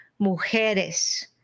Mujeres